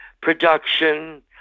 production